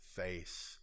face